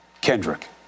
Kendrick